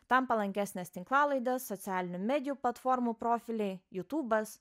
tam palankesnės tinklalaidės socialinių medijų platformų profiliai jutubas